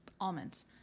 almonds